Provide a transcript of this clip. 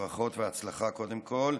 ברכות והצלחה, קודם כול.